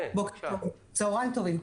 צוהריים טובים.